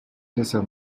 dessert